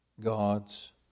God's